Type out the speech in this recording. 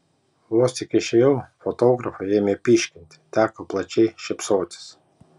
vos tik išėjau fotografai ėmė pyškinti teko plačiai šypsotis